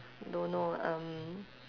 don't know um